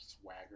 swagger